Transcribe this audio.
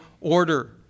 order